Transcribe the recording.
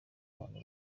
abantu